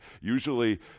Usually